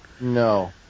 No